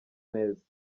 neza